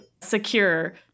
secure